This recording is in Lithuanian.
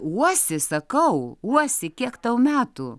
uosi sakau uosi kiek tau metų